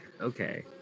okay